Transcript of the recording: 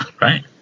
Right